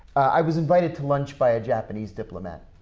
i was invited to lunch by a japanese diplomat.